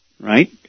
right